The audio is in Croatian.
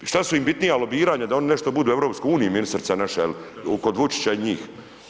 I šta su im bitnija lobiranja, da oni nešto budu u EU, ministrica naša, kod Vučića i njih?